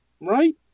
Right